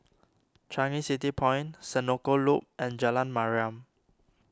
Changi City Point Senoko Loop and Jalan Mariam